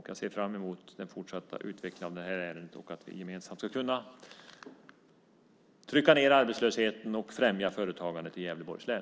Jag ser fram emot den fortsatta utvecklingen av det här ärendet och att vi gemensamt ska kunna trycka ned arbetslösheten och främja företagandet i Gävleborgs län.